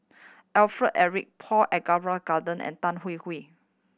Alfred Eric Paul Abisheganaden and Tan Hwee Hwee